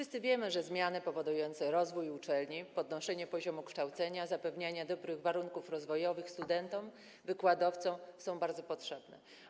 Wszyscy wiemy, że zmiany powodujące rozwój uczelni, podnoszenie poziomu kształcenia, zapewnianie dobrych warunków rozwojowych studentom, wykładowcom są bardzo potrzebne.